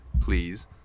please